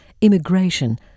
immigration